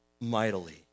mightily